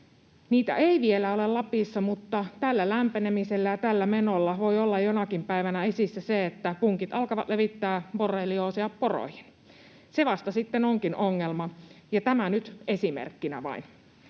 Niitä ei vielä ole Lapissa, mutta tällä lämpenemisellä ja tällä menolla voi olla jonakin päivänä esissä se, että punkit alkavat levittää borrelioosia poroihin. Se vasta sitten onkin ongelma. Ja tämä nyt vain esimerkkinä.